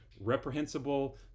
reprehensible